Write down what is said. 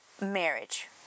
marriage